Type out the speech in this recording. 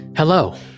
Hello